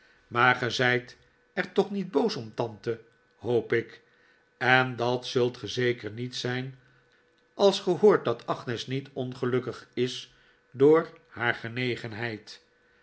ge zijt er toch niet boos om tante hoop ik en dat zult ge zeker niet zijn als ge hoort dat agnes niet ongelukkig is door haar genegenheid